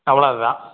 அவ்வளோ தான்